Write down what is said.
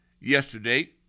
yesterday